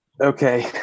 Okay